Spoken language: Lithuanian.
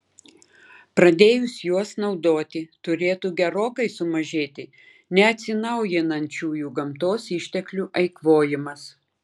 pradėjus juos naudoti turėtų gerokai sumažėti neatsinaujinančiųjų gamtos išteklių eikvojimas